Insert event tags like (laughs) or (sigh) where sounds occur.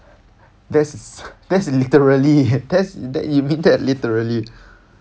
(laughs) that's that's literally that's that's you mean that literally